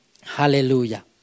Hallelujah